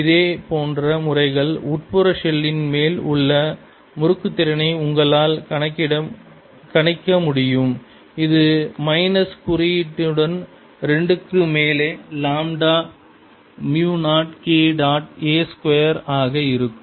இதே போன்ற முறையில் உட்புற ஷெல்லின் மேல் உள்ள முறுக்குதிறனை உங்களால் கணிக்க முடியும் இது மைனஸ் குறியீட்டுடன் 2 க்கு மேலே lambda mu 0 K dot a square ஆக இருக்கும்